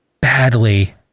badly